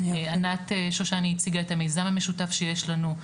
ענת שושני הציגה את המיזם המשותף שיש לנו,